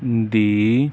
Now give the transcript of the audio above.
ਦੀ